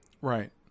right